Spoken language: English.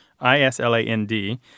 I-S-L-A-N-D